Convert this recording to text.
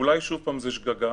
ואולי שוב זו שגגה